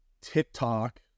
TikTok